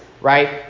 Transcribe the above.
right